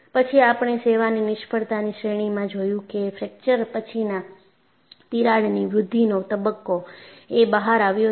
પછી આપણે સેવાની નિષ્ફળતાની શ્રેણીમાં જોયું કે ફ્રેકચર પછીના તિરાડની વૃદ્ધિનો તબક્કો એ બહાર આવ્યો છે